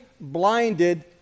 blinded